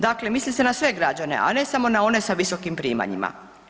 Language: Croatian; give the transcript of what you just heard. Dakle, misli se na sve građane, a ne samo na one sa visokim primanjima.